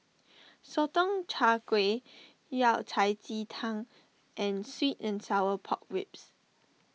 Sotong Char Kway Yao Cai Ji Tang and Sweet and Sour Pork Ribs